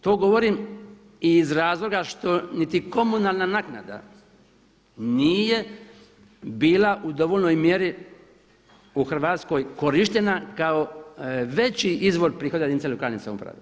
To govorim i iz razloga što niti komunalna naknada nije bila u dovoljnoj mjeri u Hrvatskoj korištenja kao veći izvor prihoda jedinica lokalne samouprave.